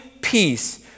peace